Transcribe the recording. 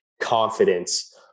confidence